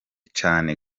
cane